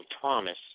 Thomas